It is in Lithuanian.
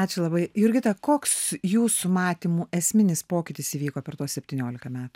ačiū labai jurgita koks jūsų matymu esminis pokytis įvyko per tuos septyniolika metų